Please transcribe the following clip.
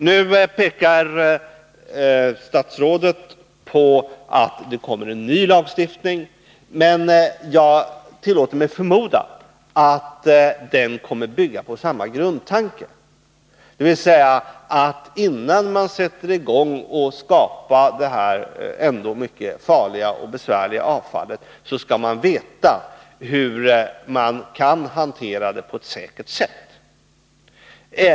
Nu framhåller statsrådet att det kommer en ny lagstiftning, men jag tillåter mig förmoda att denna kommer att bygga på samma grundtanke, dvs. att man skall veta hur man skall hantera detta ändå mycket farliga och besvärliga avfall på ett säkert sätt, innan man sätter i gång och skapar det.